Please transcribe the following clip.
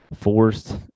forced